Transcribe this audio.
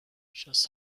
just